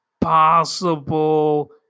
possible